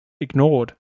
ignored